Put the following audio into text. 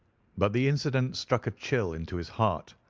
but the incident struck a chill into his heart.